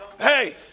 Hey